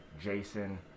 Jason